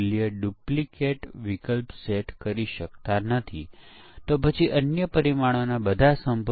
તેથી કેટલીક સુવિધાઓનો ઉપયોગ ગ્રાહક દ્વારા ખૂબ જ વધુ પ્રમાણમા થાય છે અને અન્ય સુવિધાઓ એટલી બધી વપરાતી નથી